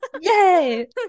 yay